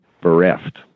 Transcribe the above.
bereft